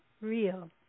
real